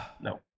No